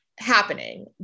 happening